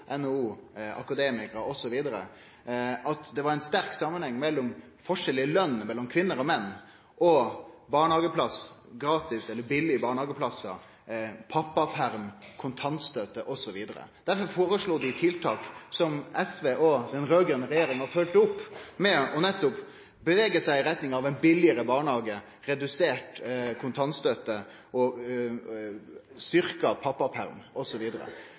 NHO, Akademikerne osv. – på at det var ein sterk samanheng mellom forskjell i lønn mellom kvinner og menn og gratis eller billege barnehageplassar, pappaperm, kontantstøtte osv. Derfor foreslo dei tiltaka som SV og den raud-grøne regjeringa følgde opp ved nettopp å bevege seg i retning av billegare barnehage, redusert kontantstøtte, styrkt pappaperm